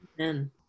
amen